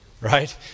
Right